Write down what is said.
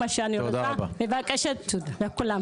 ותודה לכולם.